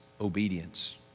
obedience